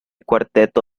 cuarteto